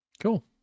Cool